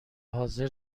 حاضر